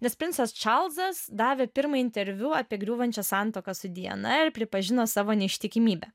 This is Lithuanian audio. nes princas čarlzas davė pirmąjį interviu apie griūvančią santuoką su diana ir pripažino savo neištikimybę